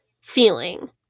feeling